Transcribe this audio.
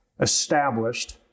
established